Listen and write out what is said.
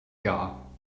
klar